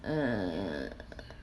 uh